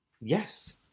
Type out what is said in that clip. Yes